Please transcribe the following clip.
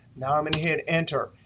now i'm going to hit enter,